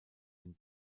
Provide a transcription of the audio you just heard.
den